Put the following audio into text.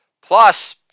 Plus